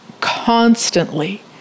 constantly